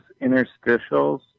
interstitials